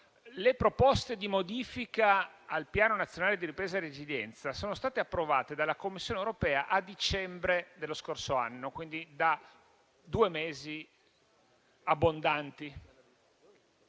Le proposte di modifica al Piano nazionale di ripresa e resilienza sono state approvate dalla Commissione europea a dicembre dello scorso anno, quindi da due mesi abbondanti.